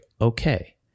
okay